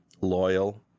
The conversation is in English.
loyal